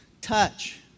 touch